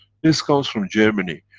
this comes from germany.